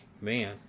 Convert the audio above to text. man